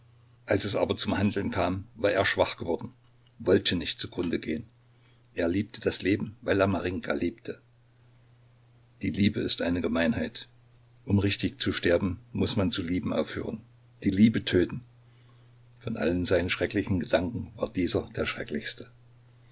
als es aber zum handeln kam war er schwach geworden wollte nicht zugrunde gehen er liebte das leben weil er marinjka liebte die liebe ist eine gemeinheit um richtig zu sterben muß man zu lieben aufhören die liebe töten von allen seinen schrecklichen gedanken war dieser der schrecklichste